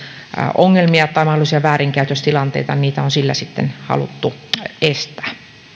ongelmia tai mahdollisia väärinkäytöstilanteita niitä on myöskin sillä haluttu estää